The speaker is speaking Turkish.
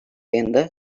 ayında